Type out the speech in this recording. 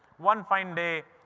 one fine day,